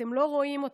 אתם לא רואים אותם,